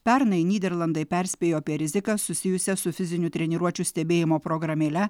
pernai nyderlandai perspėjo apie rizikas susijusias su fizinių treniruočių stebėjimo programėle